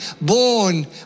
born